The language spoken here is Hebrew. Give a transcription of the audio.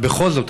אבל בכל זאת,